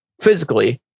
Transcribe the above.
physically